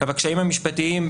הקשיים המשפטיים,